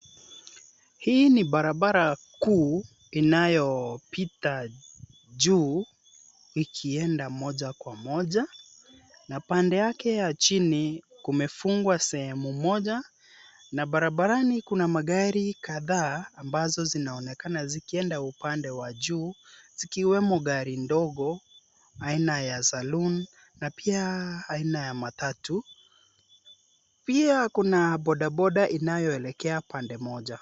Hii ni barabara kuu, inayopita juu ikienda moja kwa moja na pande yake ya chini kumefungwa sehemu moja na barabarani kuna magari kadhaa ambazo zinaonekana zikienda upande wa juu zikiwemo gari ndogo, aina ya saloon na pia aina ya matatu. Pia kuna bodaboda ianayoelekea pande moja.